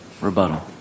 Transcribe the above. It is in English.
rebuttal